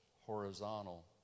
horizontal